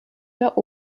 der